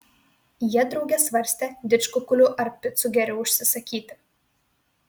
jie drauge svarstė didžkukulių ar picų geriau užsisakyti